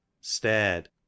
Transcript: stared